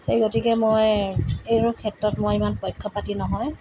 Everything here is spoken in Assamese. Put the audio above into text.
সেই গতিকে মই এইবোৰ ক্ষেত্ৰত মই ইমান পক্ষপাতি নহয়